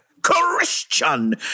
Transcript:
Christian